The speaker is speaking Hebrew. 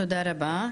תודה רבה.